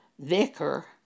Vicar